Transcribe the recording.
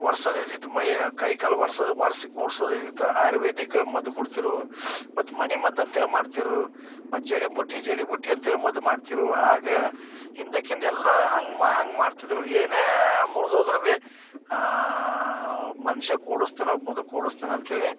ಒರೆಸೋದಿದ್ದಿತ್ತು ಮೈ ಕೈಕಾಲು ಒರ್ಸೋದು ಒರ್ಸಿ ಕೂರೆಸೋದಿದ್ದಿತ್ತು ಆಯುರ್ವೇದಿಕ್ ಮದ್ದು ಕೊಡ್ತಿರು ಮತ್ತೆ ಮನೆಮದ್ದು ಅಂತಹೇಳಿ ಮಾಡ್ತಿರು ಮತ್ತು ಜಡಿಬೂಟಿ ಜಡಿಬೂಟಿ ಅಂತಹೇಳಿ ಮದ್ದು ಮಾಡ್ತಿರು ಆಗ ಹಿಂದಕ್ಕಿಂದ ಎಲ್ಲ ಹಂಗ ಮಾ ಹಂಗ ಮಾಡ್ತಿದ್ರು ಏನೇ ಮುರಿದೋದ್ರು ಭೀ ಒಬ್ಬ ಮನುಷ್ಯ ಕೂಡಿಸ್ತಾನೆ ಒಬ್ಬ ಮುದುಕ ಕೂಡಿಸ್ತಾನೆ ಅಂತಹೇಳಿ